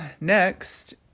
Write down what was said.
next